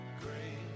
great